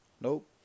Nope